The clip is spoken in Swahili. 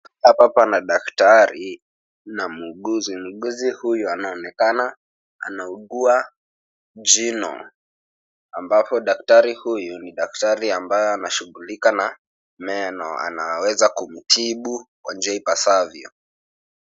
Hapa pana daktari na muuguzi. Muuguzi huyu anaonekana anaugua jino, ambapo dakatari huyu ni daktari ambaye anashughulika na meno, anaweza kumtibu kwa njia ipasavyo.